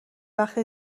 وقت